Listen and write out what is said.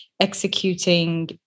executing